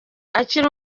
akiri